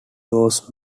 was